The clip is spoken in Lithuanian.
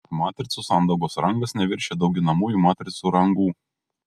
matricų sandaugos rangas neviršija dauginamųjų matricų rangų